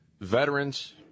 veterans